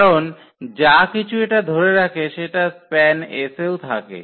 কারণ যা কিছু এটা ধরে রাখে সেটা SPAN এও থাকে